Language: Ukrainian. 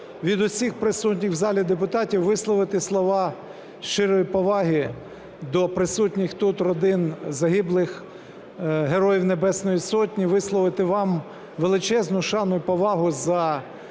від усіх присутніх у залі депутатів висловити слова щирої поваги до присутніх тут родин загиблих Героїв Небесної Сотні, висловити вам величезну шану і повагу за